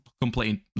complain